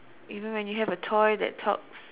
you know when you have a toy that talks